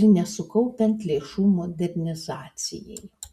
ir nesukaupiant lėšų modernizacijai